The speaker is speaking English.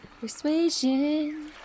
Persuasion